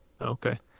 Okay